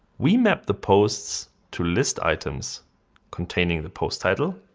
we map the posts to list items containing the post title,